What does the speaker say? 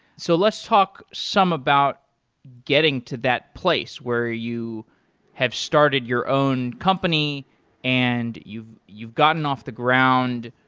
so let's talk some about getting to that place where you have started your own company and you've you've gotten off the ground.